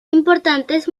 importantes